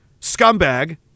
scumbag